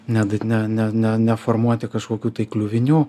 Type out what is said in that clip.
neda ne ne ne neformuoti kažkokių tai kliuvinių